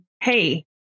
hey